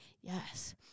Yes